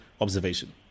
observation